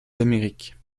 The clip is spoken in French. d’amérique